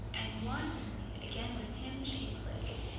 and wantonly again with him she play'd,